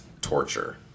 torture